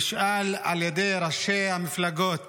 נשאל על ידי ראשי המפלגות